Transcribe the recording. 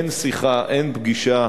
אין שיחה, אין פגישה,